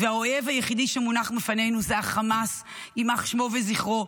והאויב היחיד שלפנינו הוא חמאס יימח שמו וזכרו,